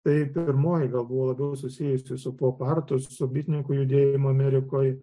tai pirmoji gal buvo labiau susijusi su pop artu su bitnikų judėjimu amerikoj